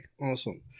awesome